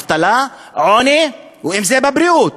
אבטלה, עוני, אם זה בבריאות.